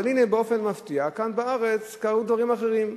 אבל הנה, באופן מפתיע, כאן בארץ קרו דברים אחרים,